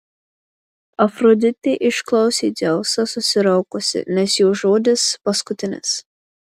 afroditė išklausė dzeusą susiraukusi nes jo žodis paskutinis